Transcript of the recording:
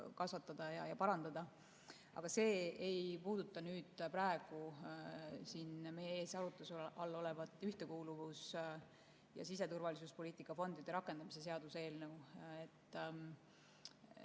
kvaliteeti parandada. Aga see ei puuduta praegu meie ees arutluse all olevat ühtekuuluvus- ja siseturvalisuspoliitika fondide rakendamise seaduse